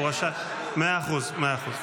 מאה אחוז.